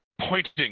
Pointing